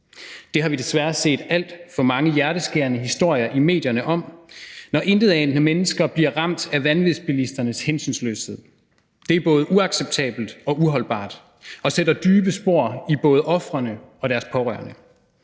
Det har vi desværre set alt for mange hjerteskærende historier i medierne om, når intetanende mennesker bliver ramt af vanvidsbilisternes hensynsløshed. Det er både uacceptabelt og uholdbart og sætter dybe spor i både ofrene og deres pårørende.